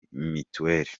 mitiweli